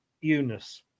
Eunice